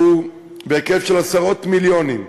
שהוא בהיקף של עשרות מיליונים,